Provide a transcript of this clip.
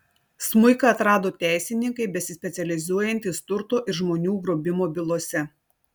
smuiką atrado teisininkai besispecializuojantys turto ir žmonių grobimo bylose